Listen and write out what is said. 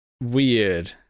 weird